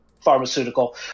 pharmaceutical